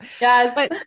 Yes